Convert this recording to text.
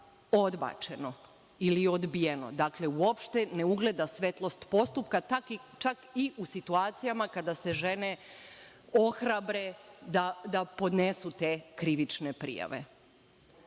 odbačeno ili odbijeno. Dakle, uopšte ne ugleda svetlost postupka, čak i u situacijama kada se žene ohrabre da podnesu te krivične prijave. Na